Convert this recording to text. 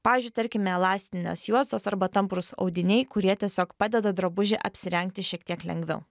pavyzdžiui tarkime elastinės juostos arba tamprūs audiniai kurie tiesiog padeda drabužį apsirengti šiek tiek lengviau